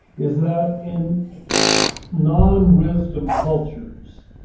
is that in non-wisdom cultures,